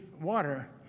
water